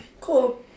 Cool